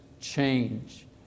change